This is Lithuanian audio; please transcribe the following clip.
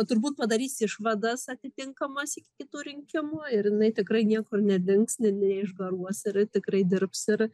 turbūt padarys išvadas atitinkamas iki kitų rinkimų ir jinai tikrai niekur nedings ne neišgaruos ir tikrai dirbs ir